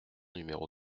numéro